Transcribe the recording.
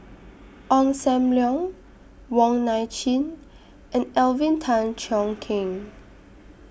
Ong SAM Leong Wong Nai Chin and Alvin Tan Cheong Kheng